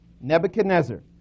Nebuchadnezzar